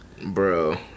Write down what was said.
Bro